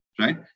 right